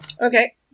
Okay